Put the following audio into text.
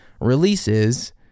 releases